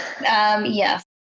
Yes